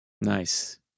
Nice